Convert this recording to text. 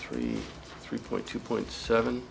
three three point two point seven